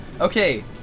Okay